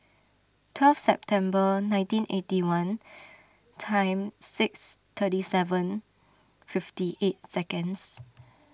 twelve September nineteen eighty one time six thirty seven fifty eight seconds